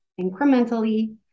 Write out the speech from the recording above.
incrementally